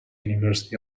university